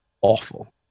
awful